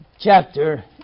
chapter